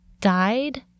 died